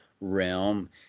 realm